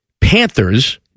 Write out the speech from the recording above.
Panthers